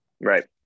Right